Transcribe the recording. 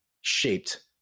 shaped